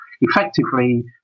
effectively